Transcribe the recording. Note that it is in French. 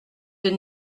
des